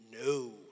No